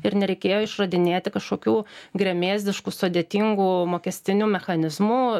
ir nereikėjo išradinėti kažkokių gremėzdiškų sudėtingų mokestinių mechanizmų